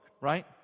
right